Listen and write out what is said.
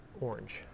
orange